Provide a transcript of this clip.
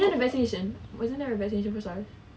dorang ada vaccination wasn't there a vaccination for SARS